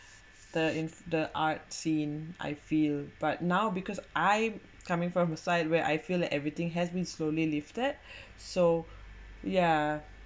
the in the art scene I feel but now because I coming from a site where I feel like everything has been slowly lifted so yeah